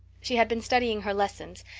she had been studying her lessons,